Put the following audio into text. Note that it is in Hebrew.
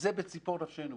זה בציפור נפשנו.